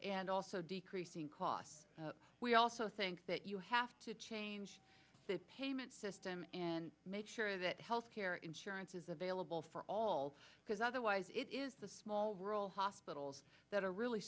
and also decreasing costs we also think that you have to change the payment system and make sure that health care insurance is available for all because otherwise it is the small rural hospitals that are really